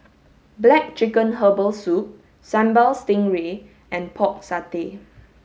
black chicken herbal soup Sambal Stingray and pork satay